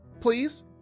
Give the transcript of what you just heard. Please